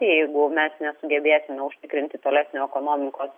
jeigu mes nesugebėsime užtikrinti tolesnio ekonomikos